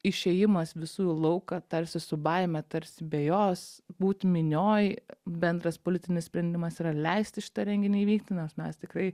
išėjimas visų į lauką tarsi su baime tarsi be jos būt minioj bendras politinis sprendimas yra leisti šitą renginį įvykti nes mes tikrai